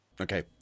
okay